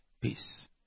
peace